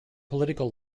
political